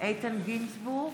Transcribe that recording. איתן גינזבורג,